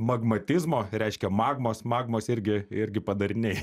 magmatizmo reiškia magmos magmos irgi irgi padariniai